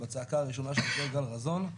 בצעקה הראשונה של עידו גל רזון,